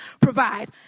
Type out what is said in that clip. provide